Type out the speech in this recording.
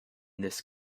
this